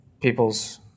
people's